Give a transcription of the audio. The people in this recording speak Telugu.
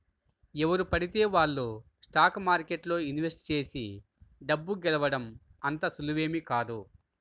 ఎవరు పడితే వాళ్ళు స్టాక్ మార్కెట్లో ఇన్వెస్ట్ చేసి డబ్బు గెలవడం అంత సులువేమీ కాదు